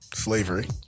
Slavery